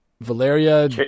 Valeria